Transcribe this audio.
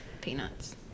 peanuts